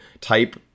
type